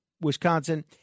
Wisconsin